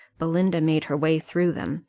belinda made her way through them,